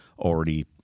already